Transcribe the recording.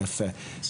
יפה,